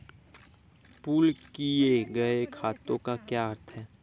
Pool किए गए खातों का क्या अर्थ है?